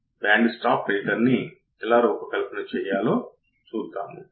input offset voltage చాలా ముఖ్యమైన విషయం గురించి మాట్లాడుకుందాం